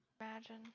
Imagine